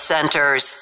Centers